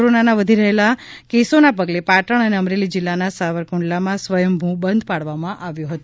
કોરોનાના વધી રહેલા કેસોના પગલા પાટણ અને અમરેલી જિલ્લાના સાવરકુંડલામાં સ્વયંભૂ બંધ પાળવામાં આવ્યો હતો